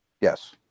Yes